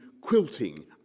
quilting